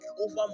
over